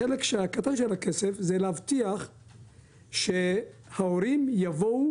החלק הקטן של הכסף זה להבטיח שההורים יבואו